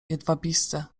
jedwabiste